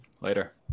Later